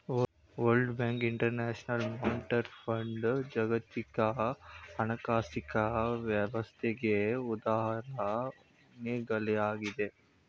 world bank, international monetary fund ಜಾಗತಿಕ ಹಣಕಾಸಿನ ವ್ಯವಸ್ಥೆಗೆ ಉದಾಹರಣೆಗಳಾಗಿವೆ